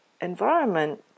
environment